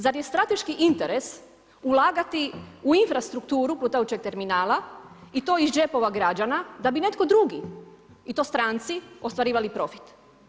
Zar je strateški interes ulagati u infrastrukturu plutajućeg terminala i to iz džepova građana da bi netko drugi i to stranci ostvarivali profit?